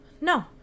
no